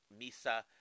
Misa